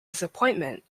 disappointment